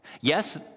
Yes